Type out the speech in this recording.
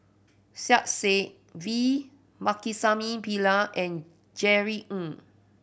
Saiedah Said V Pakirisamy Pillai and Jerry Ng